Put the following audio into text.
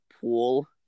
pool